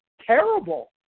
terrible